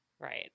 Right